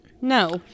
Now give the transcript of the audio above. no